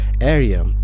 area